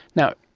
now,